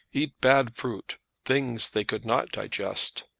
eat bad fruit things they could not digest.